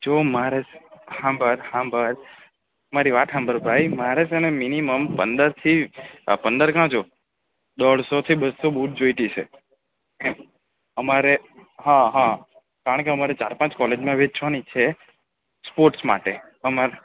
જો મારે હાંભળ હાંભળ મારી વાત હાંભળ ભાઈ મારે સે ને મિનિમમ પંદરથી પંદર કાં જો દોઢસો થી બસો બૂટ જોઈતી છે અમારે હં હં કારણ કે અમારે ચાર પાંચ કોલેજમાં વેચવાની છે સ્પોર્ટ્સ માટે અમાર